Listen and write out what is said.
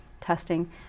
testing